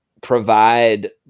provide